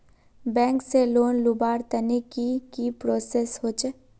Bank से loan लुबार तने की की प्रोसेस होचे?